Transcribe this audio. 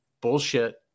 bullshit